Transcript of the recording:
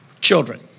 Children